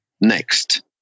next